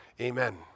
Amen